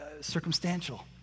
circumstantial